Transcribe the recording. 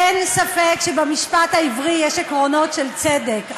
אין ספק שבמשפט העברי יש עקרונות של צדק,